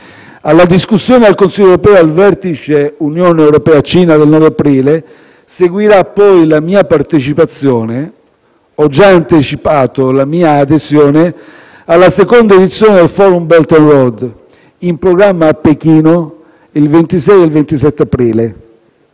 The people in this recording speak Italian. Alla discussione al Consiglio europeo, al vertice Unione europea-Cina del 9 aprile, seguirà poi la mia partecipazione (ho già anticipato la mia adesione) alla seconda edizione del *forum* Belt and Road in programma a Pechino il 26 e il 27 aprile.